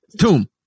Tomb